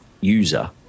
user